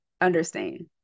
understand